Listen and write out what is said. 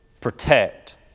protect